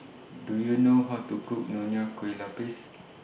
Do YOU know How to Cook Nonya Kueh Lapis